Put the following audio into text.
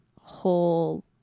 whole